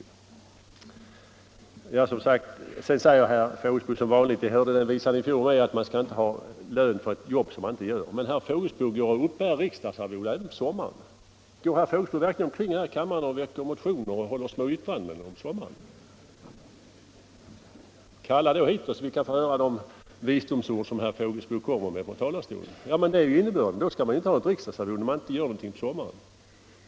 Sedan säger herr Fågelsbo som vanligt — vi hörde den visan i fjol också — att man inte skall ha lön för ett jobb man inte gör. Men herr Fågelsbo uppbär riksdagsarvode även på sommaren. Går herr Fågelsbo verkligen omkring här i kammaren och väcker motioner och håller små anföranden på somrarna? Kalla då hit oss, så vi kan få höra de visdomsord som hérr Fågelsbo uttalar från talarstolen. Det är innebörden av motionen: man skall inte ha något riksdagsarvode om man inte gör någonting på sommaren.